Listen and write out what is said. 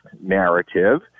narrative